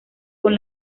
con